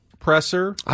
presser